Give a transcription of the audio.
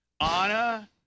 Anna